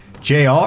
Jr